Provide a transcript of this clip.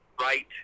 right